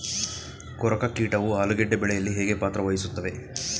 ಕೊರಕ ಕೀಟವು ಆಲೂಗೆಡ್ಡೆ ಬೆಳೆಯಲ್ಲಿ ಹೇಗೆ ಪಾತ್ರ ವಹಿಸುತ್ತವೆ?